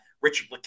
Richard